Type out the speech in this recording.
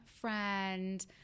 friend